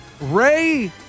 Ray